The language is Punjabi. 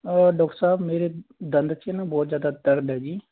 ਡਾਕਟਰ ਸਾਹਿਬ ਮੇਰੇ ਦੰਦ 'ਚ ਨਾ ਬਹੁਤ ਜ਼ਿਆਦਾ ਦਰਦ ਹੈ ਜੀ